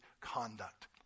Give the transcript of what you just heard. conduct